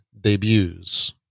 debuts